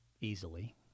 easily